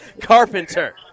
Carpenter